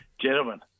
Gentlemen